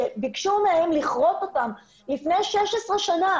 שביקשו מהם לכרות אותם לפני 16 שנה.